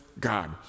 God